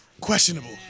Questionable